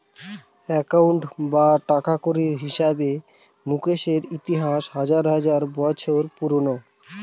accounting বা টাকাকড়ির হিসাবে মুকেশের ইতিহাস হাজার হাজার বছর পুরোনো